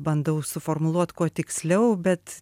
bandau suformuluot kuo tiksliau bet